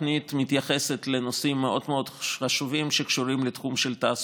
התוכנית מתייחסת לנושאים מאוד מאוד חשובים שקשורים לתחום של התעסוקה: